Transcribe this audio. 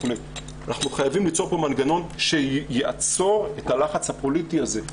אנחנו חייבים ליצור פה מנגנון שיעצור את הלחץ הפוליטי הזה,